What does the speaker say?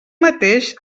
mateix